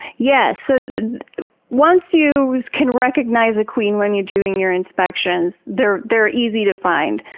yes, so once you can recognize a queen when you're doing your inspections, they're they're easy to find.